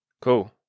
Cool